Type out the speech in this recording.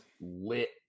lit